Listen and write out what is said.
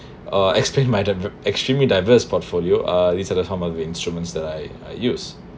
uh extreme my extremely diverse portfolio uh this is the some of the instruments that I I use